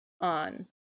on